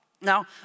Now